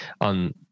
on